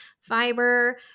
fiber